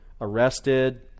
arrested